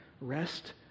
Rest